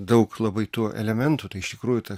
daug labai tų elementų tai iš tikrųjų ta